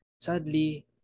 sadly